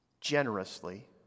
generously